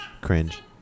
Cringe